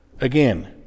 again